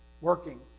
working